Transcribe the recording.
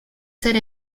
ser